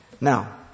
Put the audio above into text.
Now